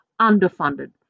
underfunded